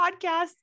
podcast